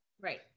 Right